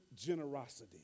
generosity